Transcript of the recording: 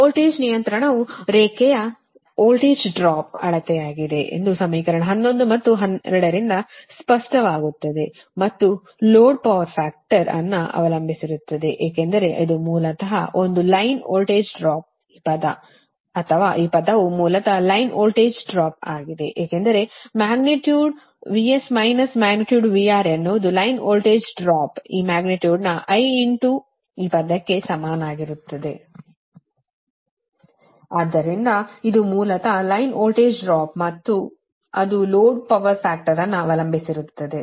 voltage ನಿಯಂತ್ರಣವು ರೇಖೆಯ voltage drop ಅಳತೆಯಾಗಿದೆ ಎಂದು ಸಮೀಕರಣ 11 ಮತ್ತು 12 ರಿಂದ ಸ್ಪಷ್ಟವಾಗುತ್ತದೆ ಮತ್ತು ಲೋಡ್ ಪವರ್ ಫ್ಯಾಕ್ಟರ್ ಅನ್ನು ಅವಲಂಬಿಸಿರುತ್ತದೆ ಏಕೆಂದರೆ ಇದು ಮೂಲತಃ ಇದು ಒಂದು ಲೈನ್ ವೋಲ್ಟೇಜ್ ಡ್ರಾಪ್ ಈ ಪದ ಅಥವಾ ಈ ಪದವು ಮೂಲತಃ ಲೈನ್ ವೋಲ್ಟೇಜ್ ಡ್ರಾಪ್ ಆಗಿದೆ ಏಕೆಂದರೆ magnitude VS minus magnitude VR ಎನ್ನುವುದು ಲೈನ್ ವೋಲ್ಟೇಜ್ ಡ್ರಾಪ್ ಈ ಮ್ಯಾಗ್ನಿಟ್ಯೂಡ' ನ I ಇಂಟು ಈಪದಕ್ಕೆ ಸಮಾನವಾಗಿರುತ್ತದೆ